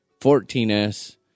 14S